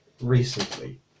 recently